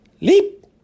leap